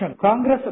Congress